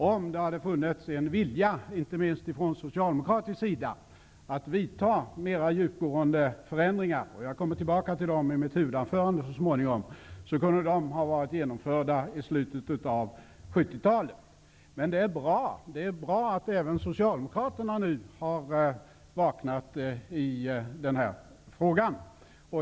Om det hade funnits en vilja, inte minst från socialdemokratisk sida, att göra mer djupgående förändringar, och jag kommer tillbaka till dem i mitt huvudanförande så småningom, kunde de ha varit genomförda i slutet av 70-talet. Men det är bra att även Socialdemokraterna nu har vaknat i denna fråga.